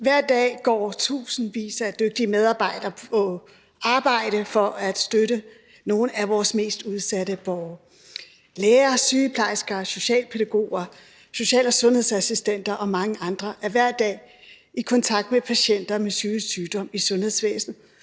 Hver dag går tusindvis af dygtige medarbejdere på arbejde for at støtte nogle af vores mest udsatte borgere. Læger, sygeplejersker, socialpædagoger, social- og sundhedsassistenter og mange andre er hver dag i kontakt med patienter med psykisk sygdom i sundhedsvæsenet